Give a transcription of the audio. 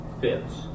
fits